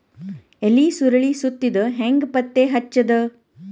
ಎಲಿ ಸುರಳಿ ಸುತ್ತಿದ್ ಹೆಂಗ್ ಪತ್ತೆ ಹಚ್ಚದ?